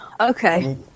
Okay